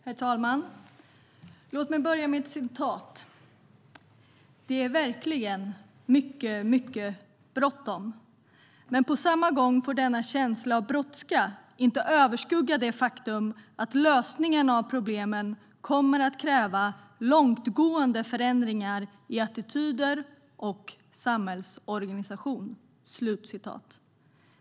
Herr talman! Låt mig börja med ett citat. "Det är verkligen mycket, mycket bråttom. Men på samma gång får denna känsla av brådska inte överskugga det faktum att lösningar av problemen kommer att kräva långtgående förändringar i attityder och samhällsorganisation."